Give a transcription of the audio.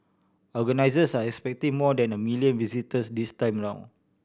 organisers are expecting more than a million visitors this time round